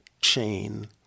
chain